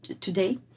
today